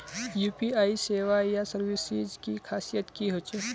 UPI सेवाएँ या services की खासियत की होचे?